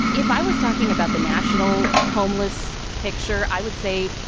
if i was talking about the national homeless picture, i would say,